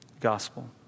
gospel